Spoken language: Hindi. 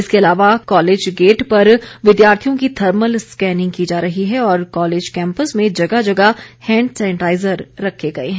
इसके अलावा कॉलेज गेट पर विद्यार्थियों की थर्मल स्कैनिंग की जा रही है और कॉलेज कैंपस में जगह जगह हैंड सैनिटाईजर रखे गए हैं